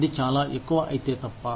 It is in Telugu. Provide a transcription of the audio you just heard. అది చాలా ఎక్కువ అయితే తప్ప